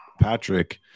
Patrick